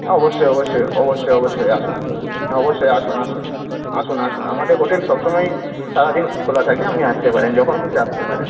হ্যাঁ অবশ্যই অবশ্যই অবশ্যই অবশ্যই আসুন হ্যাঁ অবশ্যই আসুন আসুন আসুন আসুন আমাদের হোটেল সবসময়ই সারাদিন খোলা থাকে আপনি আসতে পারেন যখন খুশি আসতে পারেন